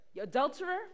adulterer